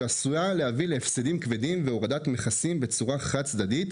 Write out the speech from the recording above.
שעשויה להביא להפסדים כבדים ולהורדה חד צדדית,